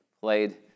played